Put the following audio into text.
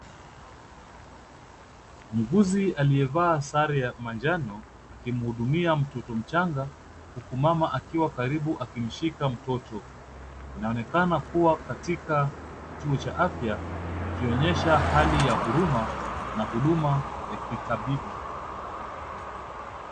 Muuguzi aliyevaa sare ya manjano ,akimhudumia mtoto mchanga, mama akiwa karibu akimshika mtoto , inaonekana kua katika kituo cha afya ,ikionyesha hali ya huruma na huduma za kitabibu .